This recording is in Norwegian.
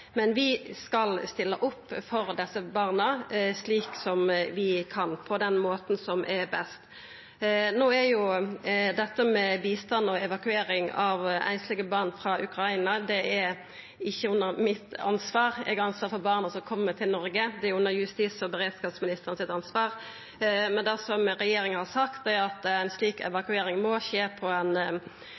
Men vi skal stilla opp for desse barna, slik vi kan og på den måten som er best. No er bistand og evakuering av einslege barn frå Ukraina ikkje under mitt ansvar. Eg har ansvar for barna som kjem til Noreg. Det er under justis- og beredskapsministeren sitt ansvar. Men det regjeringa har sagt, er at ei slik evakuering må skje på ein